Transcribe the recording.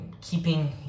keeping